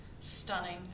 stunning